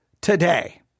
today